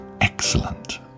excellent